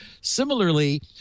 Similarly